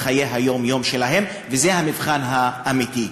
זה המבחן האמיתי.